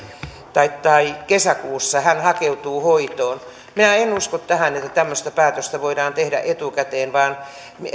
tai tai kesäkuussa hakeutuu hoitoon minä en usko tähän että tämmöistä päätöstä voidaan tehdä etukäteen vaan